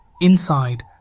inside